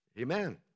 Amen